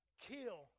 kill